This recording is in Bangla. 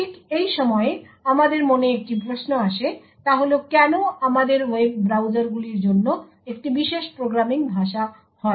ঠিক এই সময়ে আমাদের মনে একটি প্রশ্ন আসে তা হল কেন আমাদের ওয়েব ব্রাউজারগুলির জন্য একটি বিশেষ প্রোগ্রামিং ভাষা হয়